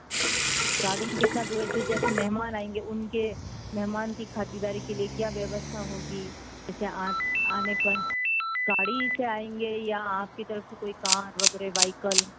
garden कितना दूर है जो जैसे महमान आएंगे उनके महमान कि खातिरदारी के लिए क्या व्यवस्था होगी अच्छा आज आने पर गाड़ी से आएंगे या आपकी तरफ़ से कार वगैरह वेहिकल